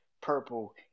Purple